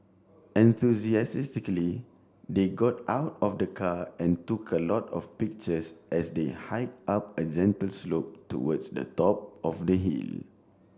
enthusiastically they got out of the car and took a lot of pictures as they hike up a gentle slope towards the top of the hill